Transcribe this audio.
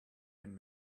been